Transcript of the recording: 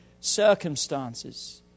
circumstances